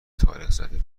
تاریخزده